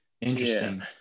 Interesting